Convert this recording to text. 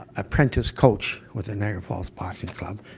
apprentice coach with the niagara fall boxing club.